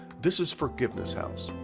this is forgiveness house.